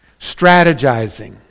strategizing